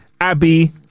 Abby